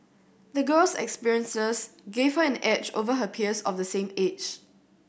the girl's experiences gave her an edge over her peers of the same age